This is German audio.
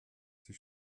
sie